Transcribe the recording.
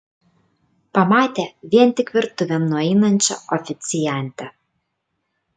pamatė vien tik virtuvėn nueinančią oficiantę